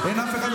אין אף אחד.